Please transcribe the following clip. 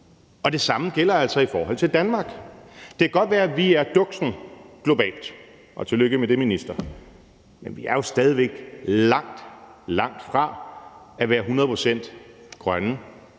og det samme gælder altså i forhold til Danmark. Det kan godt være, at vi er duksen globalt – og tillykke med det, minister – men vi er jo stadig væk langt, langt fra at være 100 pct. grønne.